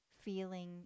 feeling